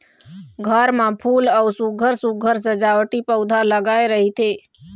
घर म फूल अउ सुग्घर सुघ्घर सजावटी पउधा लगाए रहिथे